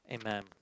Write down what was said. Amen